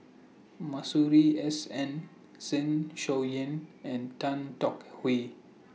Masuri S N Zeng Shouyin and Tan Tong Hye